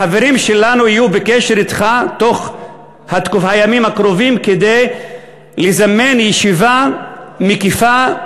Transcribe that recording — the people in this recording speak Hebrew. החברים שלנו יהיו בקשר אתך תוך הימים הקרובים כדי לזמן ישיבה מקיפה,